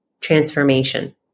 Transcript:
transformation